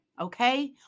okay